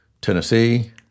tennessee